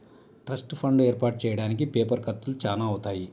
trust fund ఏర్పాటు చెయ్యడానికి paper ఖర్చులు చానా అవుతాయి